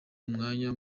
umwanya